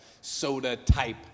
soda-type